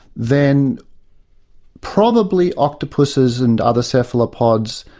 then probably octopuses and other cephalopods,